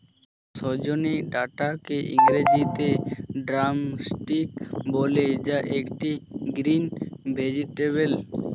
সজনে ডাটাকে ইংরেজিতে ড্রামস্টিক বলে যা একটি গ্রিন ভেজেটাবেল